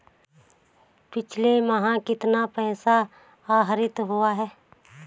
पिछले माह कितना पैसा आहरित हुआ है?